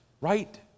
right